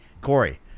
Corey